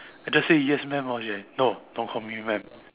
I just say yes maam orh then she like no don't call me maam